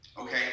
Okay